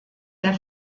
der